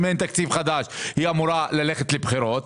שבמידה ואין תקציב חדש היא אמורה ללכת לבחירות.